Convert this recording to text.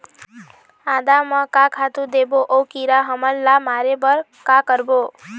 आदा म का खातू देबो अऊ कीरा हमन ला मारे बर का करबो?